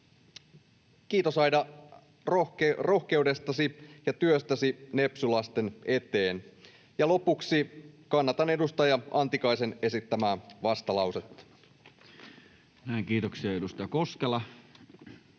Kiitos, Aida, rohkeudestasi ja työstäsi nepsy-lasten eteen. Ja lopuksi: kannatan edustaja Antikaisen esittämää vastalausetta. Näin, kiitoksia. — Edustaja Koskela,